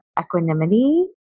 equanimity